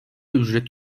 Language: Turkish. ücret